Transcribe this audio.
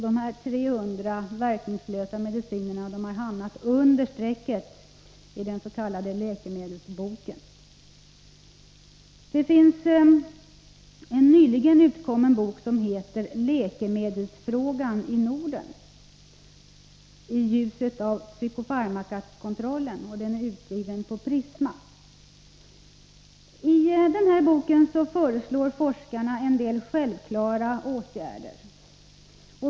De 300 verkningslösa medicinerna har hamnat ”under strecket” i den s.k. läkemedelsboken. I en nyligen utkommen bok — Läkemedelsfrågan i Norden — i ljuset av psykofarmakakontrollen, utgiven av Prisma — föreslår forskarna en del självklara åtgärder.